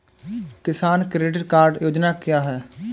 किसान credit card योजना क्या है?